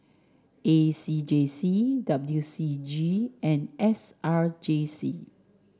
A C J C W C G and S R J C